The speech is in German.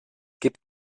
gibt